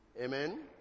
Amen